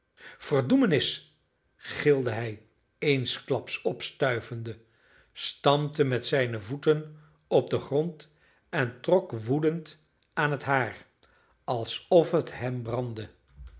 verdoemenis gilde hij eensklaps opstuivende stampte met zijne voeten op den grond en trok woedend aan het haar alsof het hem brandde